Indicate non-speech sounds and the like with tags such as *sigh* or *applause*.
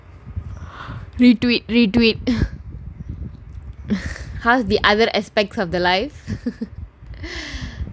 me tweet me tweet *laughs* how's the other aspect of the life *laughs*